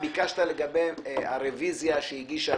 ביקשת לגבי הרביזיה שהגישה,